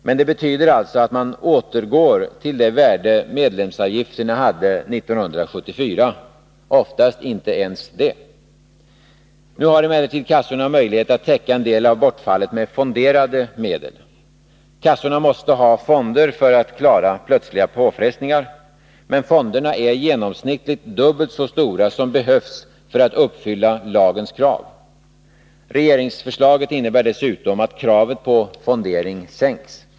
Men det betyder alltså att man återgår till det värde medlemsavgifterna hade 1974 —- oftast inte ens det. Nu har emellertid kassorna möjlighet att täcka en del av bortfallet med fonderade medel. Kassorna måste ha fonder för att klara plötsliga påfrestningar. Men fonderna är genomsnittligt dubbelt så stora som de behöver vara för att man skall uppfylla lagens krav. Regeringsförslaget innebär dessutom att kravet på fondering sänks.